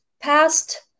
past